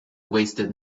wasted